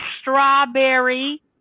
strawberry